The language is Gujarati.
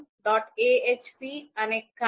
ahp અને car